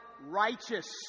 righteous